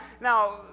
now